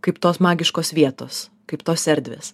kaip tos magiškos vietos kaip tos erdvės